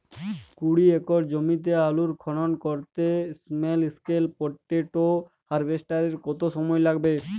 কুড়ি একর জমিতে আলুর খনন করতে স্মল স্কেল পটেটো হারভেস্টারের কত সময় লাগবে?